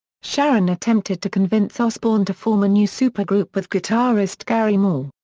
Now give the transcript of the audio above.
sharon attempted to convince osbourne to form a new supergroup with guitarist gary moore.